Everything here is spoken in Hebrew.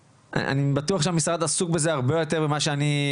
אני בטוח שמשרד החינוך עסוק בזה הרבה יותר ממה שאני.